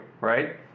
right